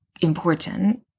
important